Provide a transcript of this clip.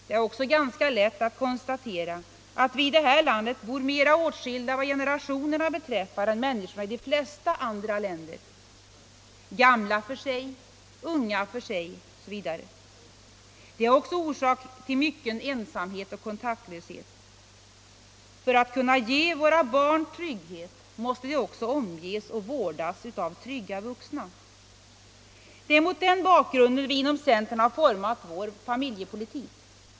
Det är också ganska lätt att konstatera att vi i det här landet bor mera åtskilda vad generationerna beträffar än människorna i de flesta andra länder — gamla för sig, unga för sig osv. Detta är orsak till mycken ensamhet och kontaktlöshet. För att kunna ge våra barn trygghet måste vi också låta dem omges och vårdas av trygga vuxna. Det är mot denna bakgrund vi inom centern har format vår familjepolitik.